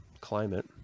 climate